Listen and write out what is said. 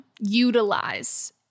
utilize